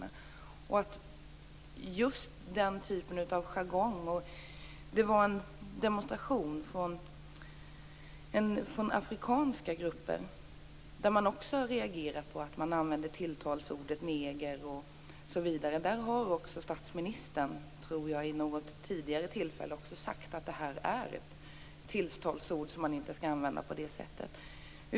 Några afrikanska grupper anordnade en demonstration, och de reagerade över att polisen använde tilltalsordet neger osv. Jag tror också att statsministern vid något tillfälle har sagt att det är ett tilltalsord som inte skall användas på det sättet.